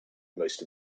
most